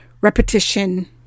repetition